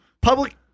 public –